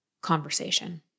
conversation